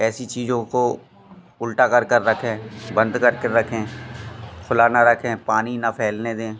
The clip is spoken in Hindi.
ऐसी चीज़ों को उल्टा करके रखें बंद करके रखें खुला न रखें पानी न फैलने दें